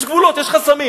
יש גבולות, יש חסמים.